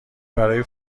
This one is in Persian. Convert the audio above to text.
برای